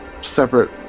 separate